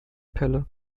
pelle